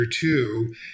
two